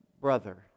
Brother